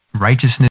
righteousness